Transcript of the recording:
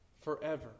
forever